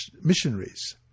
missionaries